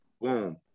boom